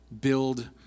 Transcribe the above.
build